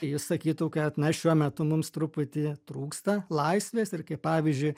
jis sakytų kad na šiuo metu mums truputį trūksta laisvės ir kaip pavyzdžiui